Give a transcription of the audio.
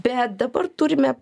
bet dabar turime